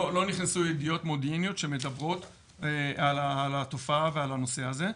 לא נכנסו ידיעות מודיעיניות שמדברות על התופעה ועל הנושא הזה.